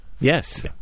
Yes